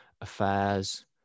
affairs